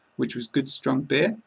which was good strong beer,